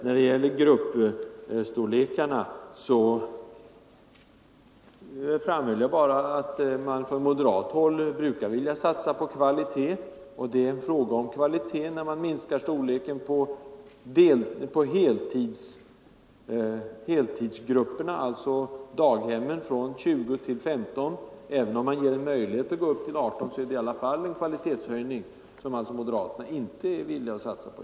När det gäller gruppstorlekarna framhöll jag bara att man från moderat håll brukar vilja satsa på kvalitet, och det är en fråga om kvalitet om storleken på heltidsgrupperna — alltså daghemmen — är 20 eller 15. Även om det ges en möjlighet att gå upp till 18 är det i alla fall en kvalitetsskillnad som moderaterna alltså inte är villiga att satsa på.